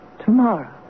tomorrow